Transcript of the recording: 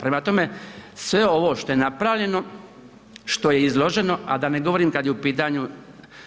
Prema tome, sve ovo što je napravljeno, što je izloženo, a da ne govorim kad je u pitanju